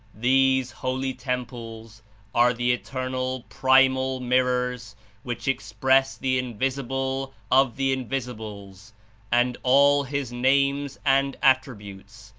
these holy temples are the eternal primal mirrors which express the invisible of the invisibles and all his names and attributes,